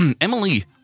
Emily